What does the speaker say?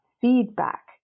feedback